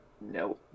no